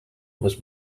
was